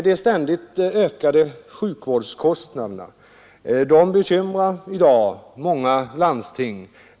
De ständigt ökade sjukvårdskostnaderna bekymrar i dag många landsting.